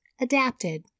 Adapted